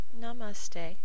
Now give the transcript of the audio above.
Namaste